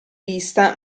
vista